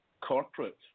corporate